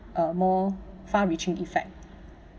a more far reaching effect